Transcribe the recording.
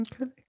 Okay